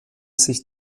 sich